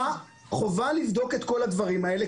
חובה לבדוק את כל הדברים האלה,